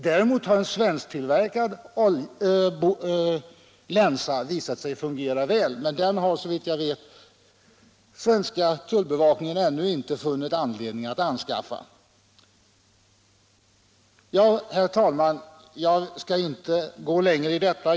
Däremot har en svensktillverkad länsa visat sig fungera väl, men denna har såvitt jag vet den svenska tullbevakningen ännu inte funnit anledning att anskaffa. Herr talman! Jag skall inte gå närmare in på detta.